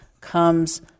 comes